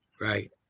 Right